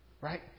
right